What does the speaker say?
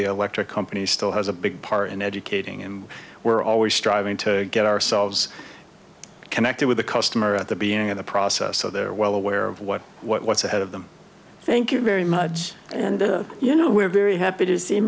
the electric company still has a big part in educating and we're always striving to get ourselves connected with the customer at the being in the process so they're well aware of what what's ahead of them thank you very much and you know we're very happy to see